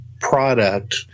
product